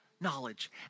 knowledge